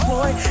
Boy